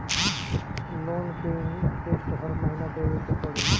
Loan के interest हर महीना देवे के पड़ी?